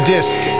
Disc